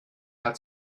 hat